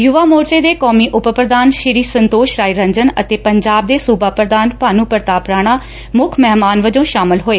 ਯੁਵਾ ਮੋਰਚਾ ਦੇ ਕੌਮੀ ਉਪ ਪੁਧਾਨ ਸ੍ਰੀ ਸੰਤੋਸ਼ ਰਾਏ ਰੰਜਨ ਅਤੇ ਪੰਜਾਬ ਦੇ ਸੁਬਾ ਪੁਧਾਨ ਭਾਨੁ ਪੁਤਾਪ ਰਾਣਾ ਮੁੱਖ ਮਹਿਮਾਨ ਵਜੋਂ ਸ਼ਾਮਲ ਹੋਏ